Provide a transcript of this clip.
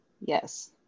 yes